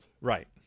Right